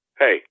hey